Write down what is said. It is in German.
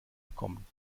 bekommen